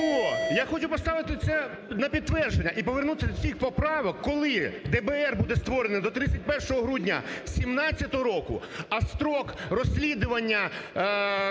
я хочу поставити це на підтвердження і повернутись до цих поправок, коли ДБР буде створене до 31 грудня 17-го року, а строк розслідування